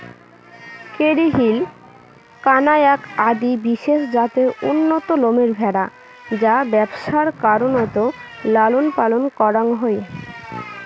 Kerry Hill, কানায়াক আদি বিশেষ জাতের উন্নত লোমের ভ্যাড়া যা ব্যবসার কারণত লালনপালন করাং হই